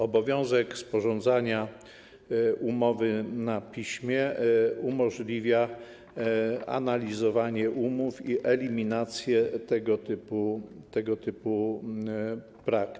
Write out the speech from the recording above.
Obowiązek sporządzania umowy na piśmie umożliwia analizowanie umów i eliminację tego typu praktyk.